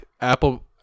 Apple